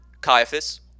Caiaphas